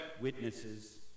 witnesses